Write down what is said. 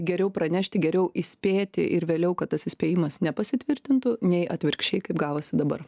geriau pranešti geriau įspėti ir vėliau kad tas įspėjimas nepasitvirtintų nei atvirkščiai kaip gavosi dabar